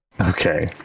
okay